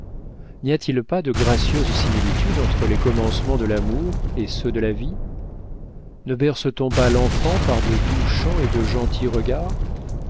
n'y a-t-il pas de gracieuses similitudes entre les commencements de l'amour et ceux de la vie ne berce t on pas l'enfant par de doux chants et de gentils regards